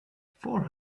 four